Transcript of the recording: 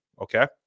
Okay